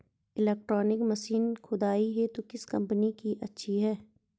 Electronic machine खुदाई हेतु किस कंपनी की अच्छी है?